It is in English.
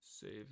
save